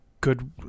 good